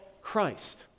Christ